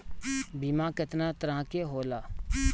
बीमा केतना तरह के होला?